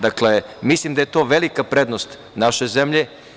Dakle, mislim da je to velika prednost naše zemlje.